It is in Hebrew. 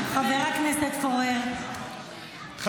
חבר הכנסת פורר, קריאה ראשונה.